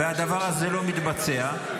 והדבר הזה לא מתבצע,